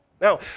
Now